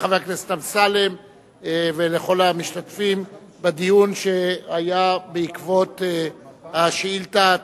אני מודה לחבר הכנסת אמסלם ולכל המשתתפים בדיון בעקבות השאילתא הדחופה.